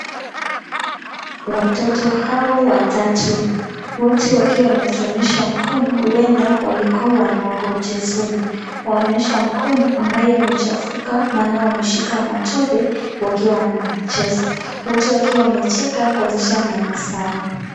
Watoto hawa watatu wote wanatuonyesha mikono, huenda walikuwa mchezoni wanaonyesha mkono ambayo imechafuka nayo wameshika matope, wakiwa wanacheza wote wakiwa wamecheka kuonyesha meno zao.